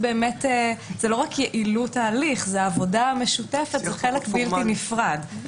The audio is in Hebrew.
זה לא רק יעילות ההליך אלא זו עבודה משותפת וזה חלק בלתי נפרד.